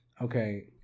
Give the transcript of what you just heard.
okay